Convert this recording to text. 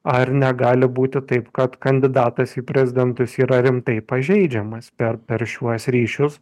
ar negali būti taip kad kandidatas į prezidentus yra rimtai pažeidžiamas per per šiuos ryšius